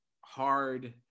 hard